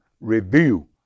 review